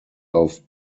auf